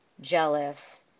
jealous